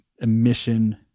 emission